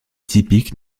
typique